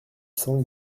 cents